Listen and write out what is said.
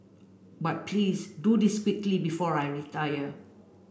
but please do this quickly before I retire